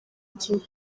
igihe